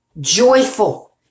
Joyful